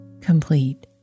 complete